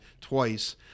twice